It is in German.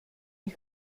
ich